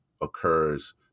occurs